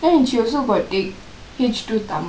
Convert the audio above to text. then she also got take H two tamil